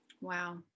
Wow